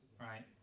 right